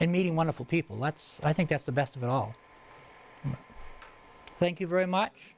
and meeting wonderful people that's i think that's the best of it all thank you very much